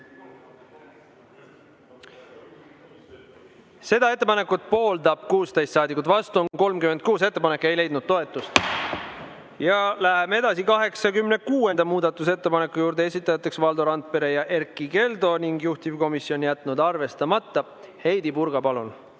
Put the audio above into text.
Seda ettepanekut pooldab 16 saadikut, vastu on 36. Ettepanek ei leidnud toetust. Läheme edasi 86. muudatusettepaneku juurde, esitajad Valdo Randpere ja Erkki Keldo ning juhtivkomisjon on jätnud selle arvestamata. Heidy Purga, palun!